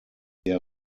der